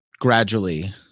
gradually